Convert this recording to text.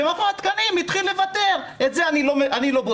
ומכון התקנים התחיל לוותר את זה אני לא בודק,